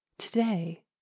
Today